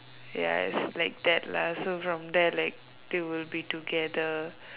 ya is like lah so from there they will be together